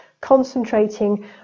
concentrating